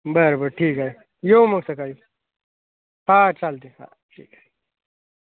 बरं बरं ठीक आहे येऊ मग सकाळी हां चालतं आहे हां ठीक आहे